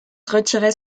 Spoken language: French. retirait